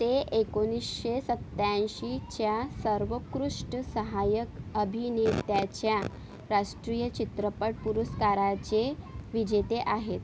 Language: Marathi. ते एकोणीसशे सत्त्याऐंशीच्या सर्वोत्कृष्ट सहायक अभिनेत्याच्या राष्ट्रीय चित्रपट पुरस्काराचे विजेते आहेत